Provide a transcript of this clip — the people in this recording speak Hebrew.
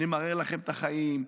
נמרר לכם את החיים,